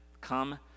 Come